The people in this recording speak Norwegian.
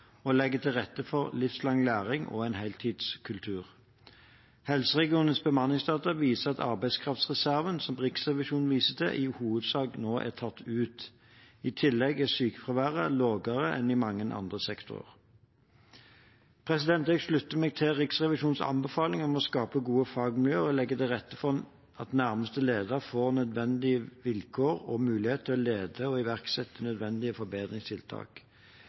til rette for livslang læring og en heltidskultur. Helseregionenes bemanningsdata viser at arbeidskraftreserven, som Riksrevisjonen viser til, i hovedsak nå er tatt ut. I tillegg er sykefraværet lavere enn i mange andre sektorer. Jeg slutter meg til Riksrevisjonens anbefaling om å skape gode fagmiljøer og legge til rette for at nærmeste leder får nødvendige vilkår og muligheter til å lede og iverksette nødvendige forbedringstiltak.